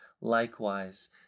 likewise